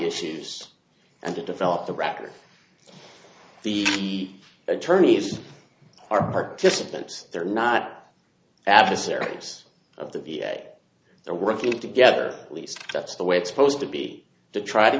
issues and to develop the record the attorneys are participants they're not adversaries of the view they're working together at least that's the way it's supposed to be to try to